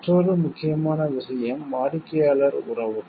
மற்றொரு முக்கியமான விஷயம் வாடிக்கையாளர் உறவுகள்